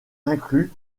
inclus